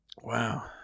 Wow